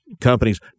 companies